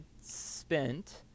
spent